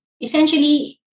essentially